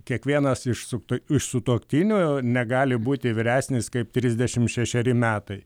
kiekvienas išsukto iš sutuoktinio negali būti vyresnis kaip trisdešimt šešeri metai